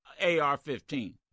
AR-15